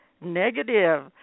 negative